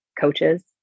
coaches